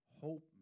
Hope